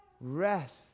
Rest